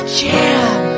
jam